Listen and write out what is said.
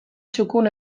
txukun